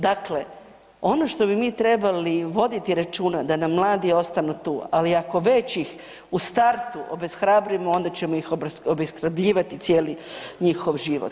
Dakle, ono što bi mi trebali voditi računa, da nam mladi ostanu tu, ali ako već ih u startu obeshrabrimo, onda ćemo ih obeshrabrivati cijeli njihov život.